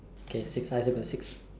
okay six I also got six